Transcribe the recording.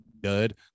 dud